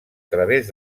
través